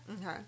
Okay